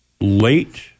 late